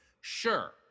Sure